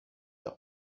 the